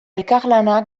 elkarlana